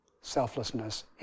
selflessness